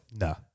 No